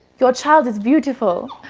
your child is beautiful.